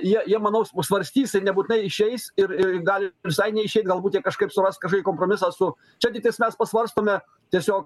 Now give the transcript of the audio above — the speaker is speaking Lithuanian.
jie jie manau svarstys nebūtinai išeis ir ir gali visai neišeit galbūt kažkaip suras kažkokį kompromisą su čia tiktai mes pasvarstome tiesiog